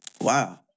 Wow